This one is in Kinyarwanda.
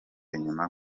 inyuma